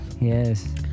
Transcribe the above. Yes